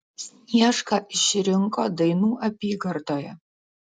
sniešką išrinko dainų apygardoje